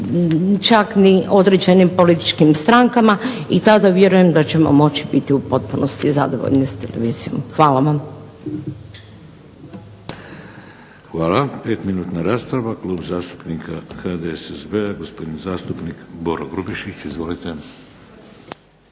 čak ni određenim političkim strankama, i tada vjerujem da ćemo moći biti u potpunosti zadovoljni s televizijom. Hvala vam. **Šeks, Vladimir (HDZ)** Hvala. 5-minutna rasprava, Klub zastupnika HDSSB-a, gospodin zastupnik Boro Grubišić. Izvolite.